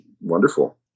wonderful